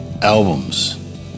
albums